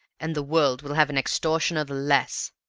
and the world will have an extortioner the less.